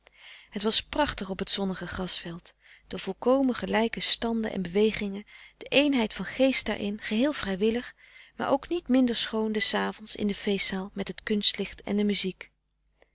het was prachtig op het zonnige grasveld de volkomen gelijke standen en bewegingen de eenheid van geest daarin geheel vrijwillig maar ook niet minder schoon des avonds in de feestzaal met het kunstlicht en de muziek